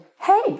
hey